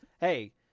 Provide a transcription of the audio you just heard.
Hey